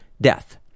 death